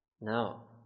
Now